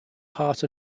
part